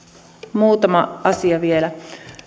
muutama asia vielä